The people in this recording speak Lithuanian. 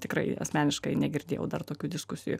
tikrai asmeniškai negirdėjau dar tokių diskusijų